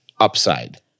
upside